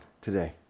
today